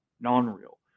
non-real